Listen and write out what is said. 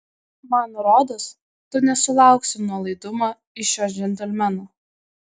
man rodos tu nesulauksi nuolaidumo iš šio džentelmeno